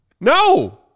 No